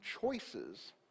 choices